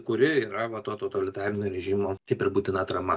kuri yra va to totalitarinio režimo kaip ir būtina atrama